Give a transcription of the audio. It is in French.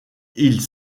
ils